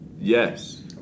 Yes